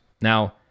Now